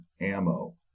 ammo